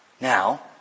now